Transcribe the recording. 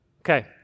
Okay